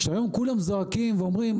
שהיום כולם זועקים ואומרים,